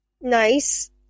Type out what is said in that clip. nice